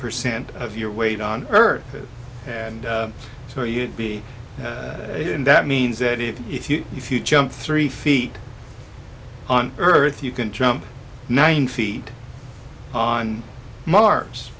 percent of your weight on earth and so you'd be and that means that if you if you jump three feet on earth you can jump nine feet on mar